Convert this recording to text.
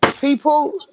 people